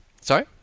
Sorry